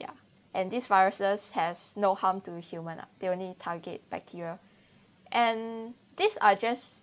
ya and this viruses has no harm to human ah they only target bacteria and these are just